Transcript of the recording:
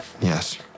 Yes